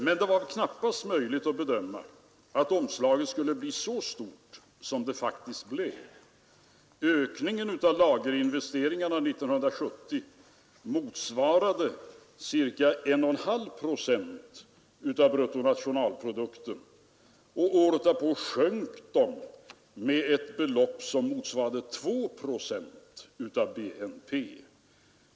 Men det var knappast möjligt att bedöma att omslaget skulle bli så stort som det faktiskt blev. Ökningen av lagerinvesteringarna 1970 motsvarade ca 1,5 procent av bruttonationalprodukten. Året därpå sjönk de med ett belopp som motsvarade 2 procent av BNP.